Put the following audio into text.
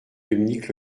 dominique